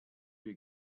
you